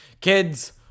Kids